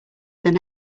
than